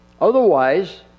Otherwise